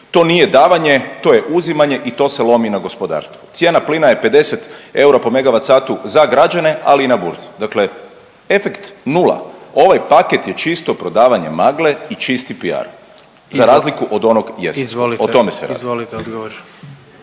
to nije davanja to je uzimanje i to se lomi na gospodarstvu. Cijena plina je 50 eura po MWh za građane, ali i na burzi. Dakle, efekt nula. Ovaj paket je čisto prodavanje magle i čisti PR za razliku od onog jesenskog, o tome se radi.